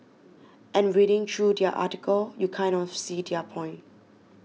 and reading through their article you kind of see their point